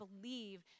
believe